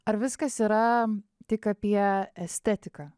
ar viskas yra tik apie estetiką